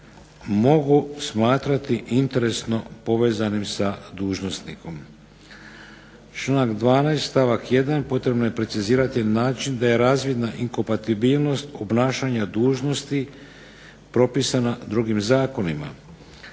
mogu smatrati interesno povezanim sa dužnosnikom. Članak 12. stavak 1. potrebno je precizirati na način da je razvidna inkompatibilnost obnašanja dužnosti propisana drugim zakonima.